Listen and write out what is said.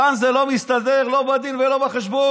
כאן זה לא מסתדר לא בדין ולא בחשבון.